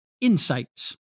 insights